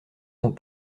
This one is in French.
sont